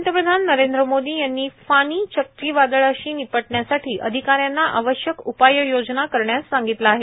पंतप्रधान नरेंद्र मोदी यांनी फानी चक्रीवादळाशी निपटण्यासाठी अधिकाऱ्यांना आवश्यक उपाययोजना करण्यास सांगितले आहे